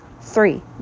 Three